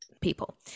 people